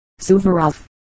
Suvorov